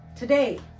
Today